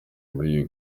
muri